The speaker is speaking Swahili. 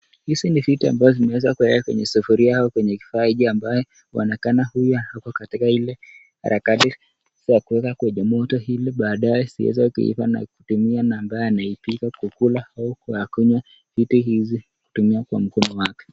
Hizi ni viti ambayo zimeeza kuwekwa kwenye sufuria au kwenye kifaa ambayo huonekana huyu ako katika ile harakati za kuweka kwenye moto hili baadae ziweze kuiva na kutumia na ambaye anaipika kukula au kuyakunywa viti hizi kwa kutumia mkono wake.